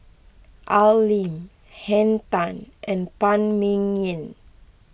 Al Lim Henn Tan and Phan Ming Yen